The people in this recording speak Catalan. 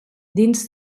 dins